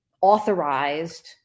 authorized